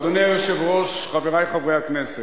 אדוני היושב-ראש, חברי חברי הכנסת,